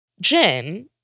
Jen